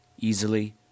easily